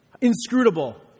Inscrutable